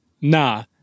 nah